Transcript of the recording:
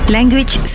Language